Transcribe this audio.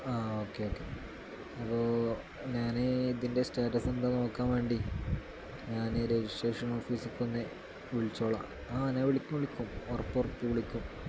ആ okay okay അപ്പോൾ ഞാൻ ഇതിൻ്റെ സ്റ്റാറ്റസ് എന്താണ് നോക്കാൻ വേണ്ടി ഞാൻ രജിസ്ട്രേഷൻ ഓഫീസക്കൊന്നെ വിളിച്ചോളാം ആ ഞാൻ വിളിക്കും വിളിക്കും ഉറപ്പ് ഉറപ്പ് വിളിക്കും